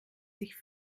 sich